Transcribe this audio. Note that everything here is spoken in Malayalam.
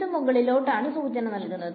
ഇത് മുകളിലോട്ട് ആണ് സൂചന നൽകുന്നത്